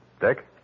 Dick